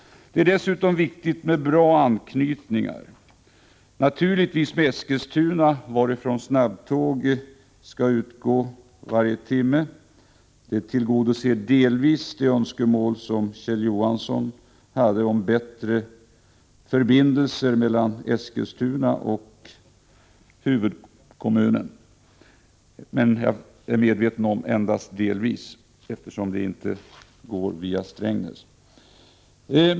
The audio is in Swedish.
Det är dessutom viktigt med bra anknytningar — naturligtvis med Eskilstuna, varifrån snabbtåg skall utgå varje timme. Detta tillgodoser delvis de önskemål som Kjell Johansson hade om bättre förbindelser mellan Eskilstuna och huvudkommunen, men endast delvis, det är jag medveten om, eftersom tågen inte går via Strängnäs.